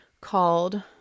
called